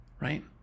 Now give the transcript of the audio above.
right